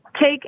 take